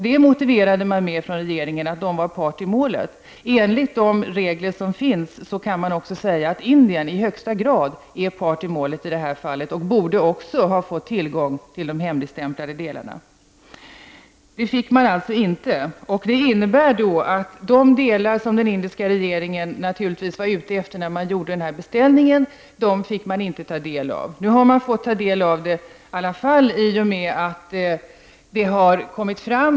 Det motiverade regeringen med att de var part i målet. Enligt de regler som finns kan man också säga att Indien i det här fallet i högsta grad är part i målet. Indien borde också ha fått tillgång till de hemligstämplade delarna. Det fick man alltså inte. Det innebär att de delar av utredningen som den indiska regeringen var ute efter när den gjorde den här beställningen, de fick den inte ta del av. Nu har man i alla fall fått ta del av materialet i och med att det har kommit fram.